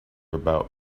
about